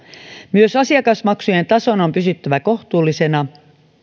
myös asiakasmaksujen tason on pysyttävä kohtuullisena